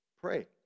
pray